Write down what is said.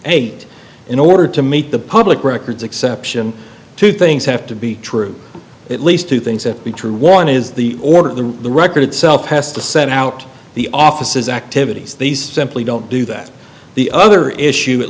eight in order to meet the public records exception two things have to be true at least two things that be true one is the order of the record itself has to set out the offices activities these simply don't do that the other issue at